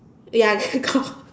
ya